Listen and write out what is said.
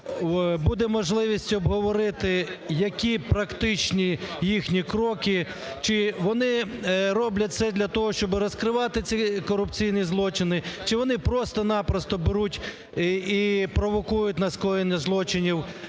Буде можливість обговорити, які практичні їхні кроки, чи вони роблять це для того, щоби розкривати ці корупційні злочини, чи вони просто-на-просто беруть і провокують на скоєння злочинів